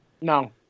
No